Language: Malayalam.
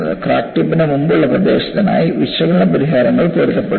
ക്രാക്ക് ടിപ്പിന് മുമ്പുള്ള പ്രദേശത്തിനായി വിശകലന പരിഹാരങ്ങൾ പൊരുത്തപ്പെടും